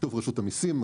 בשיתוף רשות המיסים,